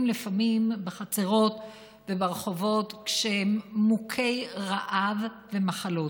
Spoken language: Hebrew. לפעמים בחצרות וברחובות כשהם מוכי רעב ומחלות,